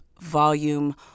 volume